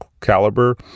caliber